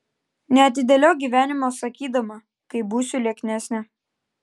neatidėliok gyvenimo sakydama kai būsiu lieknesnė